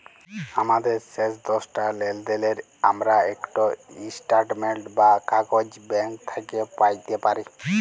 আমাদের শেষ দশটা লেলদেলের আমরা ইকট ইস্ট্যাটমেল্ট বা কাগইজ ব্যাংক থ্যাইকে প্যাইতে পারি